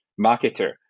marketer